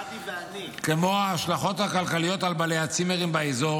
כמו ההשלכות הכלכליות על בעלי הצימרים באזור,